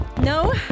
No